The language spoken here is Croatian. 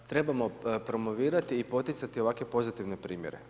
Trebamo promovirati i poticati ovakve pozitivne mjere.